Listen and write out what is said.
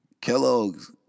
Kellogg's